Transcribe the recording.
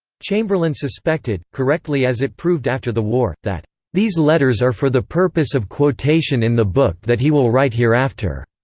chamberlain suspected, correctly as it proved after the war, that these letters are for the purpose of quotation in the book that he will write hereafter.